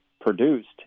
produced